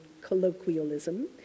colloquialism